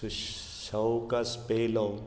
सूंश् सवकास पेयलो